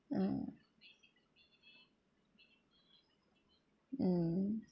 mm mm